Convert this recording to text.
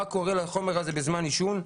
מה קורה לחומר הזה בזמן עישון?